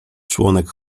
członek